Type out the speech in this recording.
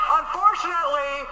unfortunately